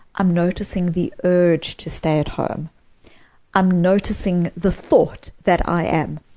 i'm noticing the urge to stay at home i'm noticing the thought that i am,